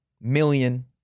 million